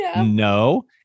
no